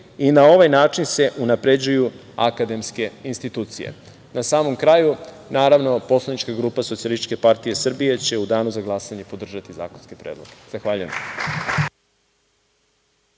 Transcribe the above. i na ovaj način se unapređuju akademske institucije. Na samom kraju, naravno poslanička grupa SPS će u danu za glasanje podržati zakonske predloge. Zahvaljujem.